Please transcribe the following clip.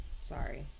sorry